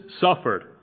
suffered